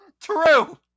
true